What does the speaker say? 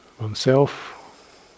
oneself